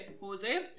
Jose